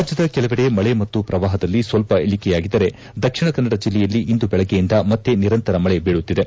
ರಾಜ್ಯದ ಕೆಲವಡೆ ಮಳೆ ಮತ್ತು ಶ್ರವಾಹದಲ್ಲಿ ಸ್ವಲ್ಪ ಇಳಿಕೆಯಾಗಿದ್ದರೆ ದಕ್ಷಿಣ ಕನ್ನಡ ಜಿಲ್ಲೆಯಲ್ಲಿ ಇಂದು ಬೆಳಗ್ಗೆಯಿಂದ ಮತ್ತೆ ನಿರಂತರ ಮಳೆ ಬೀಳುತ್ತಿದೆ